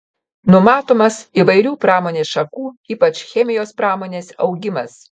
numatomas įvairių pramonės šakų ypač chemijos pramonės augimas